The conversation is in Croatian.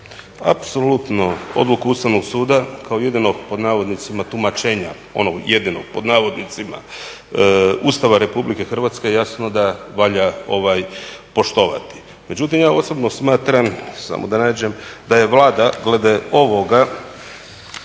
Apsolutno odluku Ustavnog suda kao "jedinog" tumačenja onog jedinog pod navodnicima Ustava RH jasno da valja poštovati. Međutim ja osobno smatram da je Vlada glede ovoga